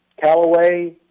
Callaway